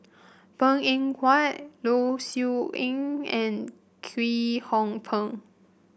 Png Eng Huat Low Siew Nghee and Kwek Hong Png